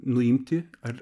nuimti ar